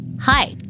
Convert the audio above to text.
Hi